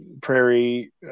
Prairie